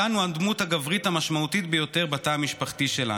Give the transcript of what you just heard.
מתן הוא הדמות הגברית המשמעותית ביותר בתא המשפחתי שלנו.